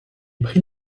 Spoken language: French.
prit